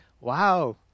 wow